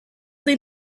they